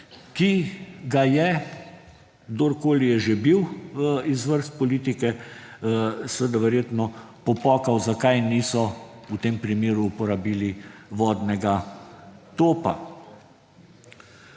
ki ga je, kdorkoli je že bil iz vrst politike, seveda verjetno popokal, zakaj niso v tem primeru uporabili vodnega topa.